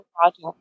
project